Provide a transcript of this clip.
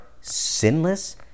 sinless